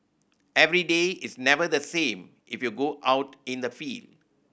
every day is never the same if you go out in the field